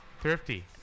thrifty